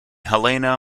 helena